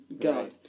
God